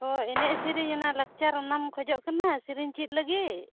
ᱚ ᱮᱱᱮᱡ ᱥᱮᱨᱤᱧ ᱨᱱᱟᱜ ᱞᱟᱠᱪᱟᱨ ᱨᱮᱱᱟᱜ ᱮᱢ ᱠᱷᱚᱡᱚᱜ ᱠᱟᱱᱟ ᱥᱮᱨᱮᱧ ᱪᱮᱫ ᱞᱟᱹᱜᱤᱫ